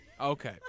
Okay